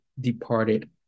departed